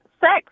sex